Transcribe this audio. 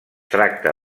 tracta